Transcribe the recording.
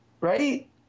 right